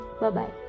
Bye-bye